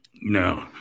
No